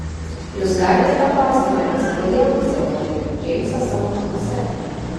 jūs galite paklausti manęs kodėl vis dėlto laikiau džeimsą savo namuose